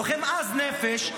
לוחם עז נפש,